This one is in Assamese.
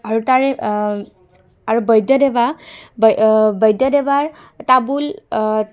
আৰু তাৰে আৰু বৈদ্যদেৱা বৈদ্য দেৱাৰ তাবোল